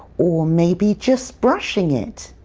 or maybe just brushing it.